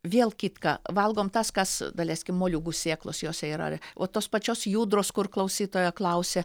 vėl kitką valgom tas kas daleiskim moliūgų sėklos jose yra o tos pačios jūdros kur klausytoja klausė